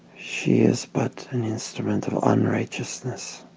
she is but an instrument of unrighteousness.